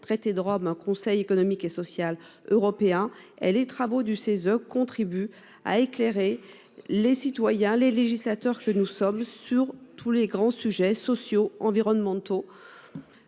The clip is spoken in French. traité de Rome, un conseil économique et social européen. Elle les travaux du CESE contribue à éclairer les citoyens les législateurs que nous sommes sur tous les grands sujets sociaux, environnementaux.